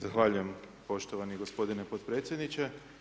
Zahvaljujem poštovani gospodine podpredsjedniče.